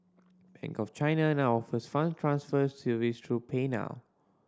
Bank of China now offers fund transfer service through PayNow